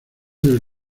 del